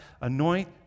anoint